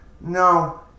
No